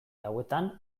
hauetan